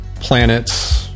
planets